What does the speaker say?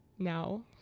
Now